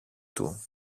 του